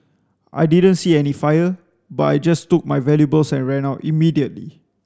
I didn't see any fire but I just took my valuables and ran out immediately